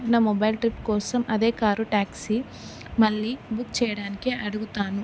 నా mobile trip కోసం అదే కారు ట్యాక్సీ మళ్ళీ బుక్ చేయడానికి అడుగుతాను